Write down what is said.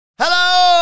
Hello